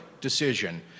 decision